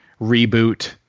Reboot